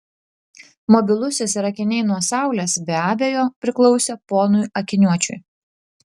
mobilusis ir akiniai nuo saulės be abejo priklausė ponui akiniuočiui